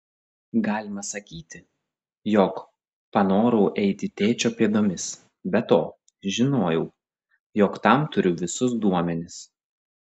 galima sakyti jog panorau eiti tėčio pėdomis be to žinojau jog tam turiu visus duomenis